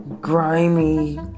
grimy